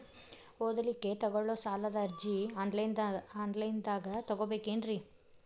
ಓದಲಿಕ್ಕೆ ತಗೊಳ್ಳೋ ಸಾಲದ ಅರ್ಜಿ ಆನ್ಲೈನ್ದಾಗ ತಗೊಬೇಕೇನ್ರಿ?